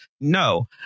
no